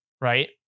Right